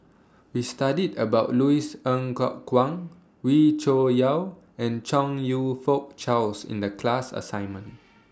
We studied about Louis Ng Kok Kwang Wee Cho Yaw and Chong YOU Fook Charles in The class assignment